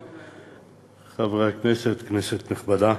חברי הכנסת, כנסת נכבדה,